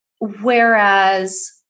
whereas